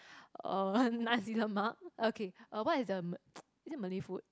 uh nasi-lemak okay uh what is the m~ is it Malay food